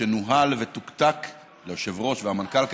ליושב-ראש ולמנכ"ל,